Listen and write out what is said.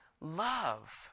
love